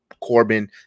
Corbin